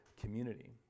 community